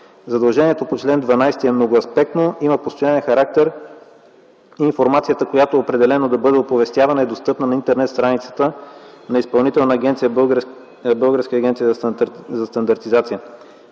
Задължението по чл. 12 е многоаспектно, има постоянен характер. Информацията, която е определена да бъде оповестявана, е достъпна на интернет страницата на Изпълнителна агенция „Българска агенция за стандартизация”.